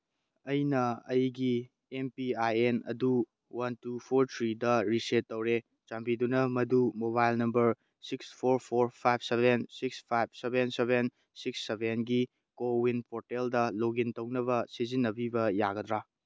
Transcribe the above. ꯑꯩꯅ ꯑꯩꯒꯤ M P I N ꯑꯗꯨ ꯋꯥꯟ ꯇꯨ ꯐꯣꯔ ꯊ꯭ꯔꯤꯗ ꯔꯤꯁꯦꯠ ꯇꯧꯔꯦ ꯆꯥꯟꯕꯤꯗꯨꯅ ꯃꯗꯨ mobile number six four four five seven six five seven seven six ꯁꯚꯦꯟꯒꯤ ꯀꯣꯋꯤꯟ ꯄꯣꯔꯇꯦꯜꯗ ꯂꯣꯛ ꯏꯟ ꯇꯧꯅꯕ ꯁꯤꯖꯤꯟꯅꯕꯤꯕ ꯌꯥꯒꯗ꯭ꯔꯥ